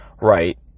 Right